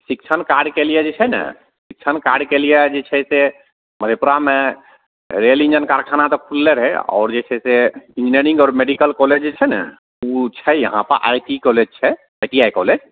शिक्षण कार्यके लिए जे छै ने शिक्षण कार्यके लिए जे छै से मधेपुरामे रेल इन्जन कारखाना तऽ खुललै रहै आओर जे छै से इन्जीनियरिन्ग आओर मेडिकल कॉलेज जे छै ने ओ छै यहाँपर आइ टी कॉलेज छै आइ टी आइ कॉलेज